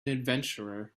adventurer